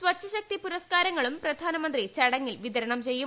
സ്വച്ഛശക്തി പുരസ്കാരങ്ങളും പ്രധാനമന്ത്രി ചടങ്ങിൽ വിതരണം ചെയ്യും